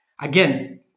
again